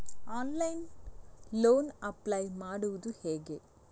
Online loan apply ಮಾಡುವುದು ಹೇಗೆ?